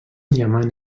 diamant